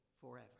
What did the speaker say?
forever